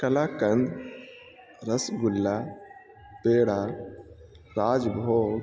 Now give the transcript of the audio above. kalakand rasgulla peda Raj Bhog